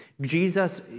jesus